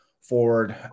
forward